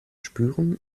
spüren